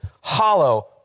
hollow